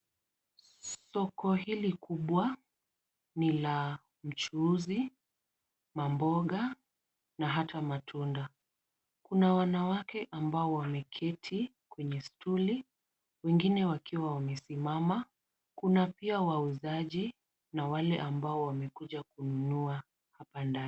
Soko hili kubwa ni la mchuuzi mamboga na hata matunda. Kuna wanawake ambao wameketi kwenye stuli , wengine wakiwa wamesimama. Kuna pia wauzaji na wale ambao wamekuja kununua hapa ndani.